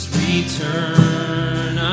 return